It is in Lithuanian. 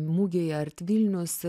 mugėje art vilnius